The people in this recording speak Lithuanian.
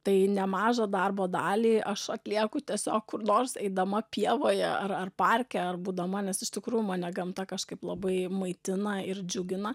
tai nemažą darbo dalį aš atlieku tiesiog kur nors eidama pievoje ar ar parke ar būdama nes iš tikrųjų mane gamta kažkaip labai maitina ir džiugina